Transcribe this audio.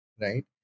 right